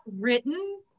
written